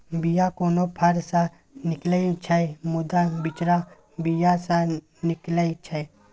बीया कोनो फर सँ निकलै छै मुदा बिचरा बीया सँ निकलै छै